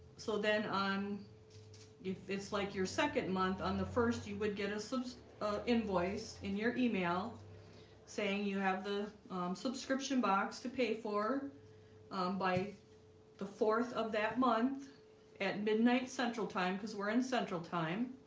so then on if it's like your second month on the first you would get a sub ah invoice in your email saying you have the um subscription box to pay for um by the fourth of that month at midnight central time because we're in central time